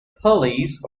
pulleys